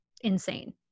insane